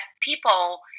people